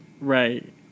Right